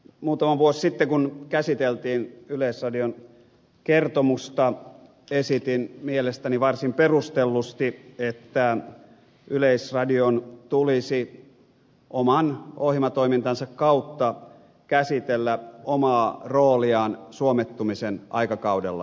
muutama vuosi sitten kun käsiteltiin yleisradion kertomusta esitin mielestäni varsin perustellusti että yleisradion tulisi oman ohjelmatoimintansa kautta käsitellä omaa rooliaan suomettumisen aikakaudella